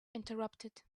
interrupted